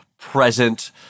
present